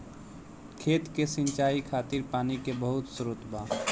खेत के सिंचाई खातिर पानी के बहुत स्त्रोत बा